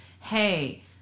hey